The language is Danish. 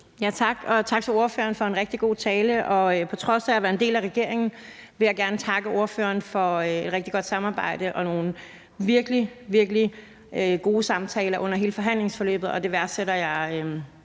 Tak, og tak til ordføreren for en rigtig god tale. På trods af at jeg tilhører et regeringsparti, vil jeg gerne takke ordføreren for et rigtig godt samarbejde og nogle virkelig, virkelig gode samtaler under hele forhandlingsforløbet.